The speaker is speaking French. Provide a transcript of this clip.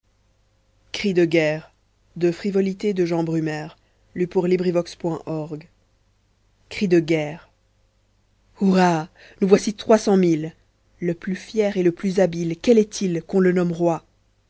cri de guerre hurrah nous voici trois cent mille le plus fier et le plus habile quel est-il qu'on le nomme roi